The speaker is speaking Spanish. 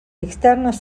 externos